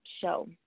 show